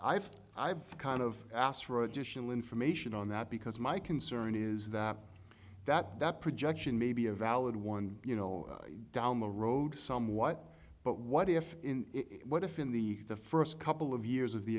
i've i've kind of asked for additional information on that because my concern is that that that projection may be a valid one you know down the road somewhat but what if what if in the first couple of years of the